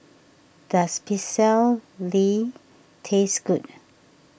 does Pecel Lele taste good